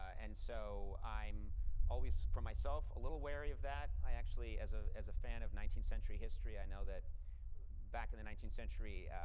and so, i'm always for myself a little wary of that. actually, as ah as a fan of nineteenth century history, i know that back in the nineteenth century,